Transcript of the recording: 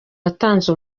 yatanze